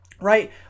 right